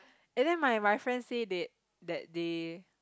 and then my my friend say they that they